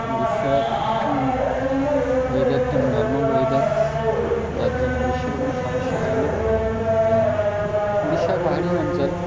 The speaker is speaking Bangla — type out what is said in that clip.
উড়িষ্যা ওয়েদারটি নর্মাল ওয়েদার যার জন্য উড়িষ্যতে কোনো সমস্যা হয় না এবং উড়িষ্যাও পাহাড়ি অঞ্চল